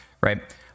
Right